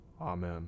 Amen